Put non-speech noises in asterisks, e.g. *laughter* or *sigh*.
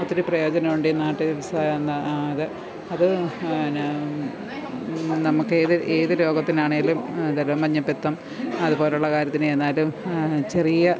ഒത്തിരി പ്രയോജനമുണ്ട് ഈ നാട്ടുചികിത്സ എന്ന അത് അത് എന്നാ നമുക്ക് ഏത് ഏതു രോഗത്തിനാണേലും *unintelligible* മഞ്ഞപ്പിത്തം അതുപോലുള്ള കാര്യത്തിന് ചെന്നാലും ചെറിയ